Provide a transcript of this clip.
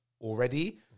already